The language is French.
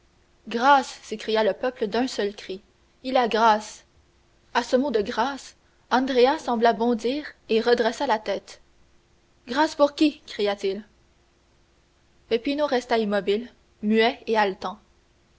grâce s'écria le peuple d'un seul cri il y a grâce à ce mot de grâce andrea sembla bondir et redressa la tête grâce pour qui cria-t-il peppino resta immobile muet et haletant